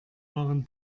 waren